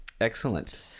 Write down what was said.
Excellent